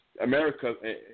America